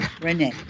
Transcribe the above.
Renee